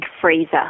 freezer